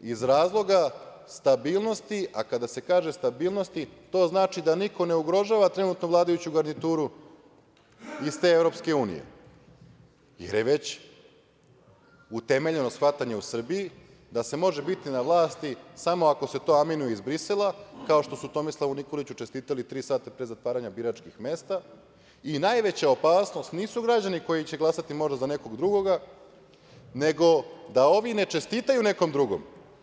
iz razloga stabilnosti, a kada se kaže stabilnosti to znači da niko ne ugrožava trenutnu vladajuću garnituru iz te EU, jer je već utemeljeno shvatanje u Srbiji, da se može biti na vlasti samo ako se to aminuje iz Brisela, kao što su Tomislavu Nikoliću čestitali tri sata pre zatvaranja biračkih mesta i najveća opasnost nisu građani koji će glasati možda za nekog drugoga, nego da ovi ne čestitaju nekom drugom.